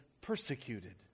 persecuted